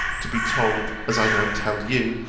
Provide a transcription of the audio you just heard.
to be told, as i now tell you,